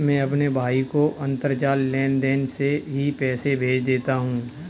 मैं अपने भाई को अंतरजाल लेनदेन से ही पैसे भेज देता हूं